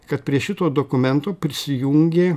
kad prie šito dokumento prisijungė